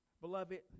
Beloved